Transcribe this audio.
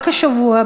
רק השבוע,